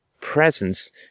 presence